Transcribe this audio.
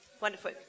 Wonderful